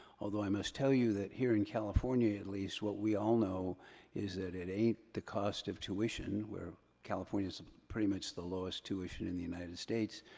although i must tell you that here in california, at least, what we all know is that it ain't the cost of tuition, california's pretty much the lowest tuition in the united states,